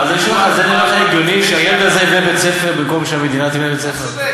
זה נראה לך הגיוני שהילד הזה יבנה בית-ספר במקום שהמדינה תבנה בית-ספר?